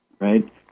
right